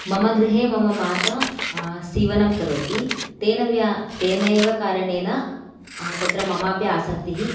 मम गृहे मम माता सीवनं करोति तेन व्या तेनैव कारणेन तत्र मम अपि आसक्तिः